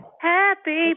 Happy